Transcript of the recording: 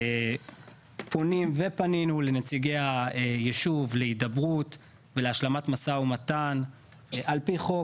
פונים ופנינו לנציגי היישוב להידברות ולהשלמת משא ומתן על פי חוק,